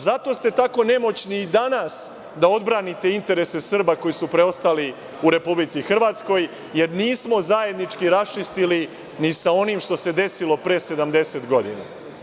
Zato ste tako nemoćni i danas da odbranite interese Srba koji su preostali u Republici Hrvatskoj, jer nismo zajednički raščistili ni sa onim što se desilo pre 70 godina.